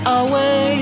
away